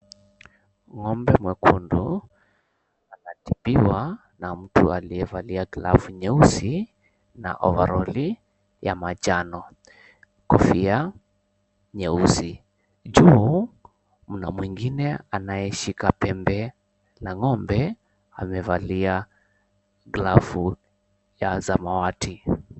Ng'ombe mwekundu anatibiwa na mtu aliyevalia glavu nyeusi na ovaroli ya manjano, kofia nyeusi. Juu mna mwingine anayeshika pembe la ng'ombe amevalia glavu ya samawati.